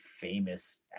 famous